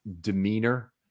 demeanor